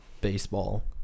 baseball